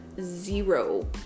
zero